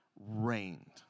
rained